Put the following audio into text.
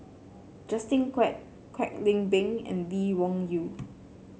Justin Quek Kwek Leng Beng and Lee Wung Yew